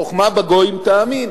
חוכמה בגויים תאמין,